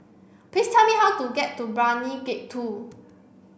please tell me how to get to Brani Gate two